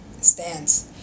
Stands